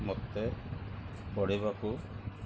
ମୋତେ ପଢ଼ିବାକୁ